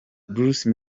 bruce